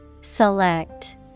Select